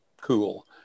cool